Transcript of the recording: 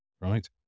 right